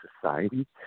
society